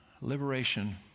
Liberation